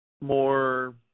More